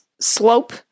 slope